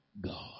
God